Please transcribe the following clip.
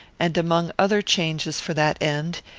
and, among other changes for that end,